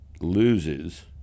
loses